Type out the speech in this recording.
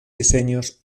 diseños